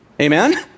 Amen